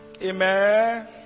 Amen